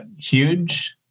huge